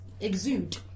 exude